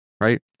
right